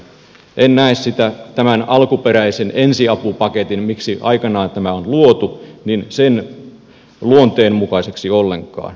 en näe sitä tämän alkuperäisen ensiapupaketin jollaiseksi tämä aikanaan on luotu luonteen mukaiseksi ollenkaan